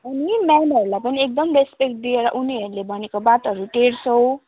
अनि म्यामहरूलाई पनि एकदम रेस्पेक्ट दिएर उनीहरूले भनेको बातहरू टेर्छौ